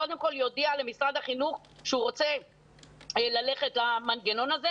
קודם כל יודיע למשרד החינוך שהוא רוצה ללכת למנגנון הזה.